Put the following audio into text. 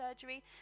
surgery